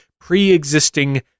pre-existing